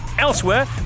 Elsewhere